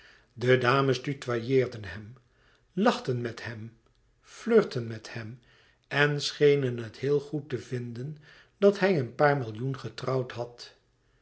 de dames tutoyeerden hem lachten met hem flirten met hem en schenen het heel goed te vinden dat hij een paar millioen getrouwd had